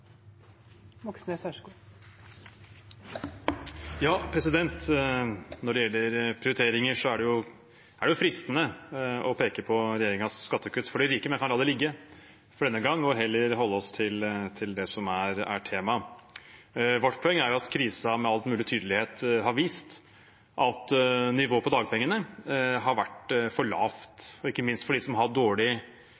det fristende å peke på regjeringens skattekutt for de rike, men jeg kan la det ligge for denne gang og heller holde oss til det som er temaet. Vårt poeng er at krisen med all mulig tydelighet har vist at nivået på dagpengene har vært for lavt,